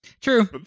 True